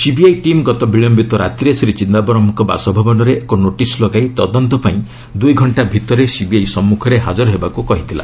CBI team ଗତ ବିଳୟିତ ରାତିରେ ଶ୍ରୀ ଚିଦାୟରମ୍ଙ୍କ ବାସଭବନରେ ଏକ ନୋଟିସ୍ ଲଗାଇ ତଦନ୍ତ ପାଇଁ ଦୁଇ ଘକ୍ଷା ଭିତରେ ସିବିଆଇ ସମ୍ମୁଖରେ ହାଜର ହେବାକୁ କହିଥିଲା